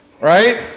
Right